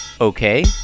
okay